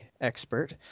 expert